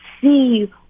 see